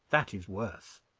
that is worse.